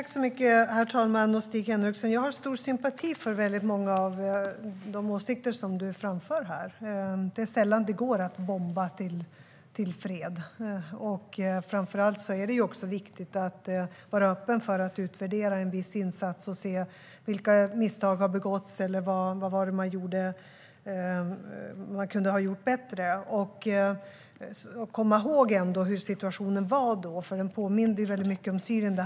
Herr talman! Jag har stor sympati för många av de åsikter som Stig Henriksson framför. Det är sällan det går att bomba fram fred. Det är framför allt viktigt att vara öppen för att utvärdera en viss insats, för att se vilka misstag som har begåtts eller vad man kunde ha gjort bättre. Vi ska komma ihåg hur situationen var då. Den påminde mycket om Syrien.